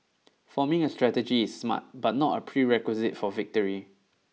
forming a strategy is smart but not a prerequisite for victory